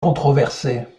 controversée